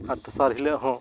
ᱟᱨ ᱫᱚᱥᱟᱨ ᱦᱤᱞᱟᱹᱜ ᱦᱚᱸ